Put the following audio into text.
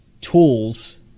tools